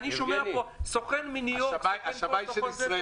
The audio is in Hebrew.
אני שומע פה: סוכן --- השמאי של ישראל.